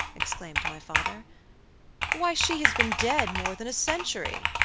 exclaimed my father why, she has been dead more than a century!